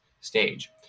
stage